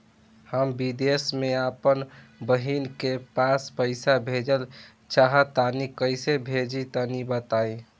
हम विदेस मे आपन बहिन के पास पईसा भेजल चाहऽ तनि कईसे भेजि तनि बताई?